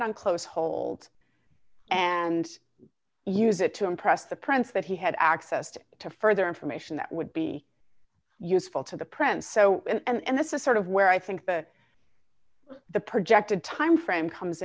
it on close hold and use it to impress the prince that he had access to to further information that would be useful to the prince so and this is sort of where i think that the projected time frame comes